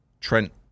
Trent